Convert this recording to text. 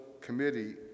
committee